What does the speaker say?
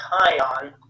Kion